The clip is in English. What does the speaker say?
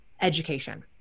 education